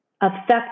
affect